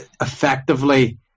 effectively